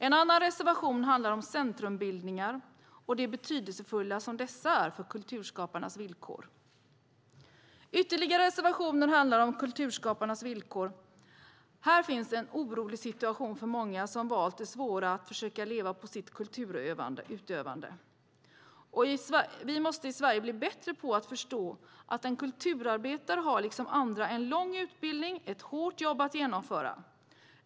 En annan reservation handlar om centrumbildningar och hur betydelsefulla dessa är för kulturskaparnas villkor. Ytterligare reservationer handlar om kulturskaparnas villkor. Det finns en orolig situation för många som valt det svåra att försöka leva på sitt kulturutövande. Vi måste i Sverige bli bättre på att förstå att en kulturarbetare, liksom andra, har en lång utbildning och ett hårt jobb att utföra.